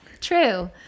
true